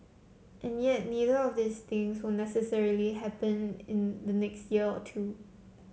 and yet neither of these things will necessarily happen in the next year or two